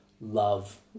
love